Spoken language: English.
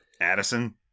Addison